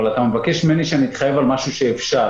אבל אתה מבקש ממני שאני אתחייב על משהו שאפשר,